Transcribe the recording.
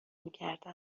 میکردم